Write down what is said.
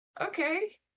okay